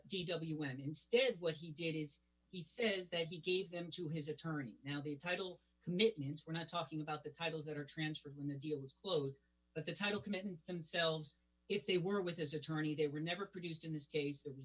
when instead what he did is he says that he gave them to his attorney now the title commitments we're not talking about the titles that are transferred when the deal is closed but the title commitments themselves if they were with his attorney they were never produced in this case